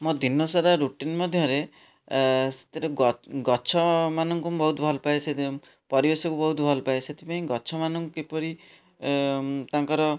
ମୋ ଦିନସାରା ରୁଟିନ୍ ମଧ୍ୟରେ ସେଥିରେ ଗଛମାନଙ୍କୁ ବହୁତ ଭଲ ପାଏ ସେ ପରିବେଶକୁ ବହୁତ ଭଲ ପାଏ ସେଥିପାଇଁ ଗଛମାନଙ୍କୁ କିପରି